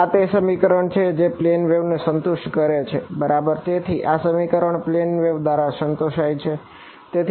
આ તે સમીકરણ છે જે પ્લેન વેવ દ્વારા સંતોષાય છે બરાબર